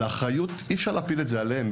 לכן אי אפשר להפיל את האחריות עליהם,